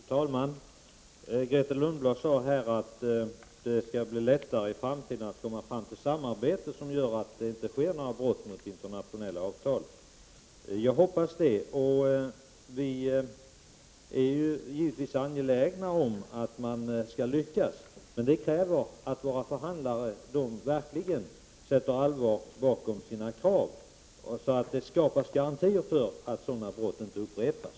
Fru talman! Grethe Lundblad sade att det i framtiden skall bli lättare att komma fram till ett samarbete som gör att det inte begås några brott mot internationella avtal. Jag hoppas det. Vi är givetvis angelägna om att man skall lyckas, men det förutsätter att våra förhandlare verkligen sätter allvar bakom sina krav, så att det skapas garantier för att sådana brott inte upprepas.